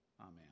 Amen